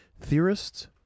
theorists